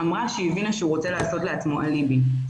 אמרה שהיא הבינה שהוא רוצה לעשות לעצמו אליבי.